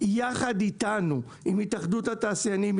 יחד איתנו עם התאחדות התעשיינים,